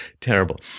terrible